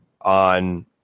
on